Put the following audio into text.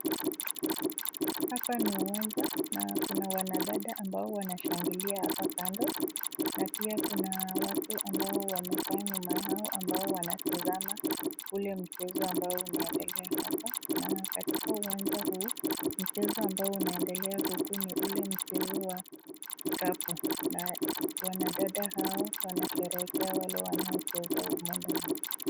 Hapa ni uwanja na kuna wanadada ambao wanashangilia hapa kando. Na pia kuna watu ambao wamekaa nyuma yao ambao wanatazama ule mchezo ambao unaendelea hapa. Na katika uwanja huu mchezo ambao unaendelea huku ni ule mchezo wa kikapu. Na wanadada hao wanasherehekea wale wanaocheza humo ndani.